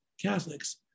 Catholics